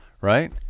right